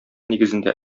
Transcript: нигезендә